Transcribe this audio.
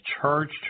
charged